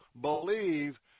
believe